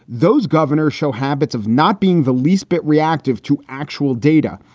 those governors show habits of not being the least bit reactive to actual data.